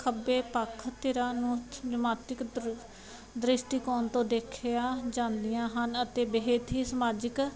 ਖੱਬੇ ਪੱਖ ਧਿਰਾਂ ਨੂੰ ਜਮਾਤਕ ਦ੍ਰਿਸ਼ਟੀਕੋਣ ਤੋਂ ਦੇਖਿਆ ਜਾਂਦੀਆਂ ਹਨ ਅਤੇ ਬੇਹਥੀ ਸਮਾਜਿਕ